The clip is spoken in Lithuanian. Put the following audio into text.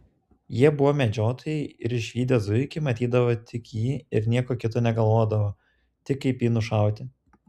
jie buvo medžiotojai ir išvydę zuikį matydavo tik jį ir nieko kito negalvodavo tik kaip jį nušauti